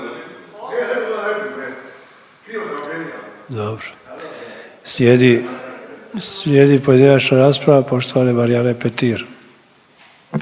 slijedi pojedinačna rasprava poštovane Marijane Petir.